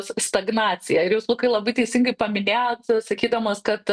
s stagnaciją ir jūs lukai labai teisingai paminėjot sakydamas kad